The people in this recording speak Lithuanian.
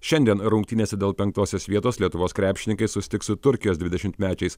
šiandien rungtynėse dėl penktosios vietos lietuvos krepšininkai susitiks su turkijos dvidešimmečiais